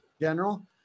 general